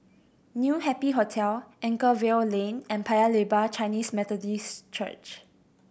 New Happy Hotel Anchorvale Lane and Paya Lebar Chinese Methodist Church